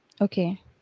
Okay